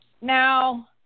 Now